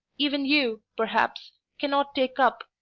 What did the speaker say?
even you, perhaps. cannot take up,